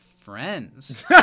friends